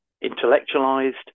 intellectualized